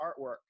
artwork